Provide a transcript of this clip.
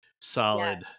solid